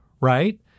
Right